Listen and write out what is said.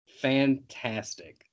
Fantastic